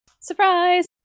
Surprise